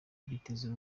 biteza